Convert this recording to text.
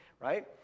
right